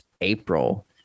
april